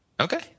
Okay